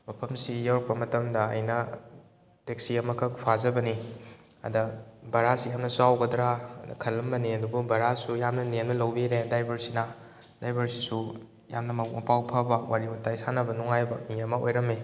ꯃꯐꯝꯁꯤ ꯌꯧꯔꯛꯄ ꯃꯇꯝꯗ ꯑꯩꯅ ꯇꯦꯛꯁꯤ ꯑꯃꯈꯛ ꯐꯥꯖꯕꯅꯤ ꯑꯗꯨꯗ ꯚꯔꯥꯁꯤ ꯌꯥꯝꯅ ꯆꯥꯎꯒꯗ꯭ꯔꯅ ꯈꯜꯂꯝꯕꯅꯤ ꯑꯗꯨꯕꯨ ꯚꯔꯥꯁꯨ ꯌꯥꯝꯅ ꯅꯦꯝꯅ ꯂꯧꯕꯤꯔꯦ ꯗ꯭ꯔꯥꯏꯕꯔꯁꯤꯅ ꯗ꯭ꯔꯥꯏꯕꯔꯁꯤꯁꯨ ꯌꯥꯝꯅ ꯃꯕꯨꯛ ꯃꯄꯥꯎ ꯐꯕ ꯋꯥꯔꯤ ꯋꯥꯇꯥꯏ ꯁꯥꯟꯅꯕ ꯅꯨꯉꯥꯏꯕ ꯃꯤ ꯑꯃ ꯑꯣꯏꯔꯝꯃꯤ